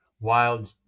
wild